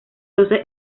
doce